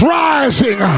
rising